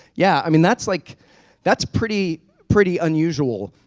yeah, i mean that's like that's pretty pretty unusual